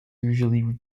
usually